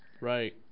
Right